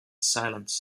silence